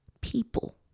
people